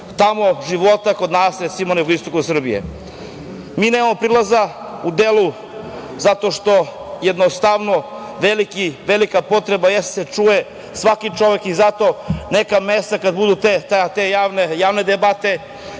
tiču života kod nas, recimo na jugoistoku Srbije. Mi nemamo prilaza u delu zato što jednostavno velika potreba jeste da se čuje svaki čovek. Zato neka mesta kada budu te javne debate,